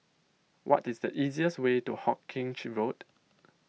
what is the easiest way to Hawkinge Road